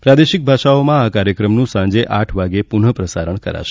પ્રાદેશિક ભાષાઓમાં આ કાર્યક્રમનું સાંજે આઠ વાગ્યે પુનઃ પ્રસારણ કરાશે